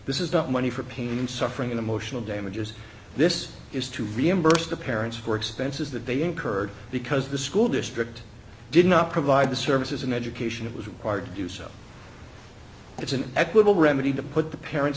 this is not money for pain and suffering emotional damages this is to reimburse the parents for expenses that they incurred because the school district did not provide the services and education it was required to do so it's an equitable remedy to put the parents